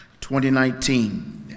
2019